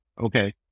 Okay